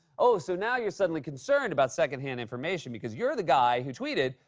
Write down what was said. oh, so now you're suddenly concerned about second-hand information, because you're the guy who tweeted,